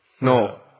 No